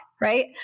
right